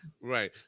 right